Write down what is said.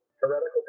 heretical